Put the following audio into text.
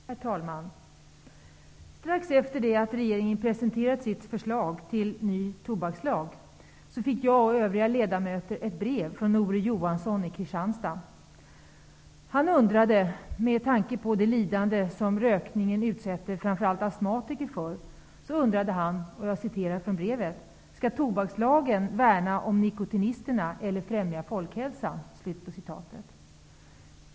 Herr talman! Strax efter det att regeringen presenterat sitt förslag till ny tobakslag fick jag och övriga ledamöter ett brev från Nore Johansson i Kristianstad. Han undrade, med tanke på det lidande som rökningen utsätter framför allt astmatiker för, om tobakslagen skall värna om nikotinisterna eller främja folkhälsan.